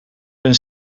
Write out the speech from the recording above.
een